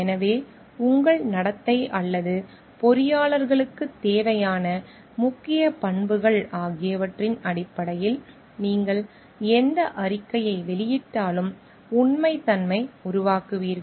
எனவே உங்கள் நடத்தை அல்லது பொறியாளர்களுக்குத் தேவையான முக்கிய பண்புகள் ஆகியவற்றின் அடிப்படையில் நீங்கள் எந்த அறிக்கையை வெளியிட்டாலும் உண்மைத்தன்மை உருவாக்குவீர்கள்